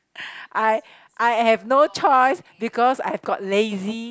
I I have no choice because I got lazy